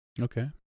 Okay